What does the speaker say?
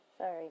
Sorry